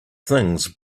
things